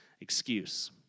excuse